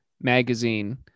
magazine